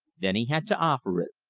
then he had to offer it.